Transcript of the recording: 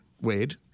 Wade